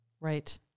Right